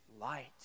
light